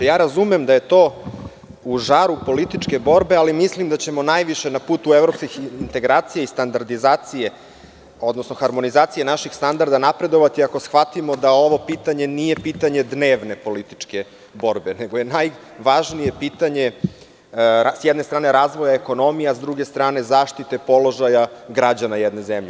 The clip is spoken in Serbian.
Razumem da je to u žaru političke borbe, ali mislim da ćemo najviše na putu evropskih integracija i standardizacije, odnosno harmonizacije naših standarda napredovati ako shvatimo da ovo pitanje nije pitanje dnevne političke borbe, nego je najvažnije pitanje, s jedne strane, razvoja ekonomije, a sa druge strane zaštite položaja građana jedne zemlje.